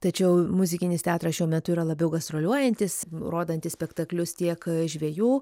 tačiau muzikinis teatras šiuo metu yra labiau gastroliuojantis rodantis spektaklius tiek žvejų